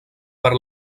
per